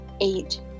eight